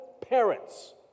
parents